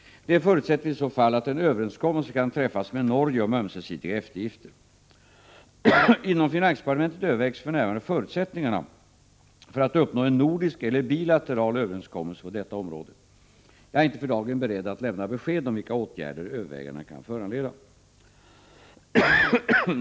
Det förutsätter i så fall att en överenskommelse kan träffas med Norge om ömsesidiga eftergifter. Inom finansdepartementet övervägs för närvarande förutsättningarna för att uppnå en nordisk eller bilateral överenskommelse på detta område. Jag är inte för dagen beredd att lämna besked om vilka åtgärder övervägandena kan föranleda.